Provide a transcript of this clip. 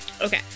Okay